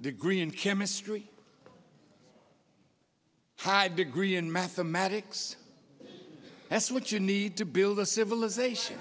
degree in chemistry high degree in mathematics that's what you need to build a civilization